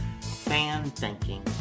fan-thinking